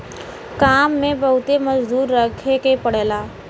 काम में बहुते मजदूर रखे के पड़ला